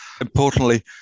Importantly